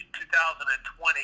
2020